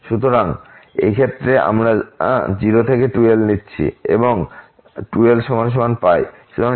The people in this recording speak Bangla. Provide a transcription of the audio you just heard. সুতরাং এই ক্ষেত্রে আমরা 0 থেকে 2l নিচ্ছি এবং 2lπ সুতরাং 0fdx